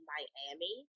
Miami